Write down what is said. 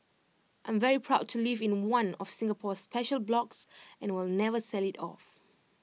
I'm very proud to live in one of Singapore's special blocks and will never sell IT off